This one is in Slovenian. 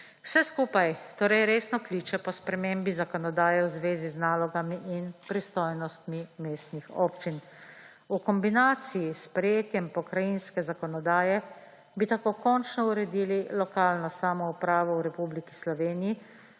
Vse skupaj torej resno kliče po spremembi zakonodaje v zvezi z nalogami in pristojnostmi mestnih občin. V kombinaciji s sprejetjem pokrajinske zakonodaje bi tako končno uredili lokalno samoupravo v Republiki Sloveniji,